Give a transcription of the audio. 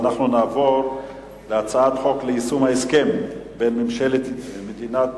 נעבור להצעת חוק ליישום ההסכם בין ממשלת מדינת